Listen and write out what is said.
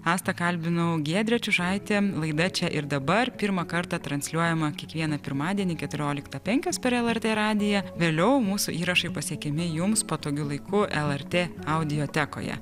astą kalbinau giedrė čiužaitė laida čia ir dabar pirmą kartą transliuojama kiekvieną pirmadienį keturioliktą penkios per lrt radiją vėliau mūsų įrašai pasiekiami jums patogiu laiku lrt audiotekoje